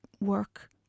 work